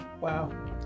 Wow